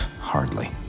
Hardly